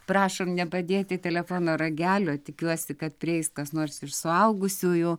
prašom nepadėti telefono ragelio tikiuosi kad prieis kas nors iš suaugusiųjų